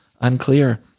Unclear